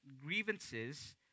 grievances